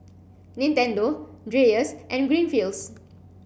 Nintendo Dreyers and Greenfields